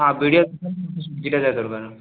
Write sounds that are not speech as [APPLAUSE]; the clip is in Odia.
ହଁ ଭିଡ଼ିଓ [UNINTELLIGIBLE] ଦୁଇଟା ଯାକ କରିବାର